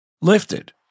lifted